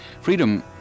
Freedom